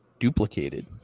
duplicated